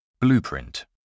Blueprint